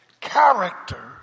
character